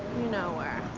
know where.